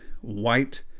white